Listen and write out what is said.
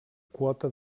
quota